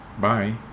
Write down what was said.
Bye